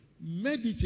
Meditate